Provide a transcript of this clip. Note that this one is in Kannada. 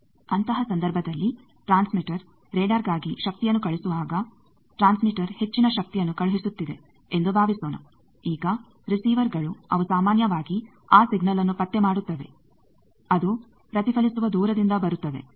ಅಂತಹ ಸಂದರ್ಭದಲ್ಲಿ ಟ್ರಾನ್ಸ್ಮೀಟರ್ ರಾಡರ್ಗಾಗಿ ಶಕ್ತಿಯನ್ನು ಕಳುಹಿಸುವಾಗ ಟ್ರಾನ್ಸ್ಮೀಟರ್ ಹೆಚ್ಚಿನ ಶಕ್ತಿಯನ್ನು ಕಳುಹಿಸುತ್ತಿದೆ ಎಂದು ಭಾವಿಸೋಣ ಈಗ ರಿಸಿವರ್ ಗಳು ಅವು ಸಾಮಾನ್ಯವಾಗಿ ಆ ಸಿಗ್ನಲ್ನ್ನು ಪತ್ತೆ ಮಾಡುತ್ತವೆ ಅದು ಪ್ರತಿಫಲಿಸುವ ದೂರದಿಂದ ಬರುತ್ತವೆ